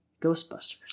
Ghostbusters